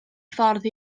ffordd